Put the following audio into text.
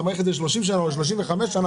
אתה מאריך ל-30 שנים או ל-35 שנים.